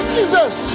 Jesus